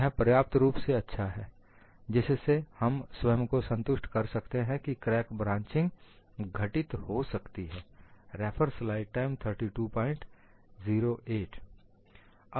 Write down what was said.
यह पर्याप्त रूप से अच्छा है जिससे हम स्वयं को संतुष्ट कर सकते हैं कि क्रैक ब्रांचिंग घटित हो सकती है